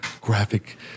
graphic